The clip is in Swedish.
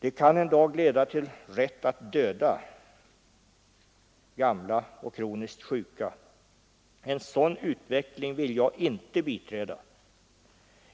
Det kan en dag leda till rätt att döda gamla och kroniskt sjuka. En sådan utveckling vill jag inte biträda.